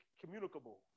Communicable